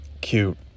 cute